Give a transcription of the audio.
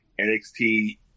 NXT